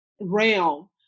realm